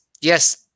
yes